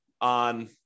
on